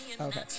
Okay